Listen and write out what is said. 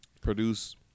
produce